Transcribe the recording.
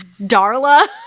darla